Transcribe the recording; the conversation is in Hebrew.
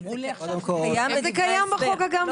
לא, הם אמרו עכשיו שזה קיים בדברי ההסבר.